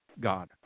God